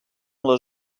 les